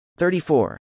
34